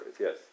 Yes